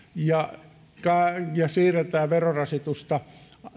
ja siirretään verorasitusta